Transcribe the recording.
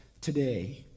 today